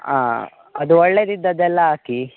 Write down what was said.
ಹಾಂ ಅದು ಒಳ್ಳೆಯದಿದ್ದದ್ದೆಲ್ಲ ಹಾಕಿ